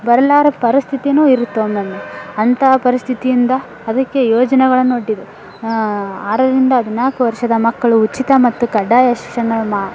ಬರಲಾರ ಪರಿಸ್ಥಿತಿನೂ ಇರುತ್ತೆ ಒಮ್ಮೊಮ್ಮೆ ಅಂತಹ ಪರಿಸ್ಥಿತಿಯಿಂದ ಅದಕ್ಕೆ ಯೋಜನೆಗಳನ್ನು ಒಡ್ಡಿದೆ ಆರರಿಂದ ಹದಿನಾಲ್ಕು ವರ್ಷದ ಮಕ್ಕಳು ಉಚಿತ ಮತ್ತು ಕಡ್ಡಾಯ ಶಿಕ್ಷಣ ಮ